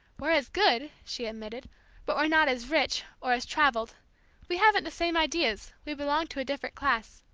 we're as good, she admitted but we're not as rich, or as travelled we haven't the same ideas we belong to a different class.